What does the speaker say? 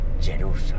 Jerusalem